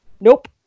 nope